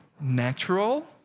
natural